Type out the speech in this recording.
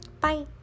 Bye